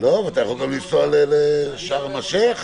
גם יכול לנסוע לשארם א-שייח'.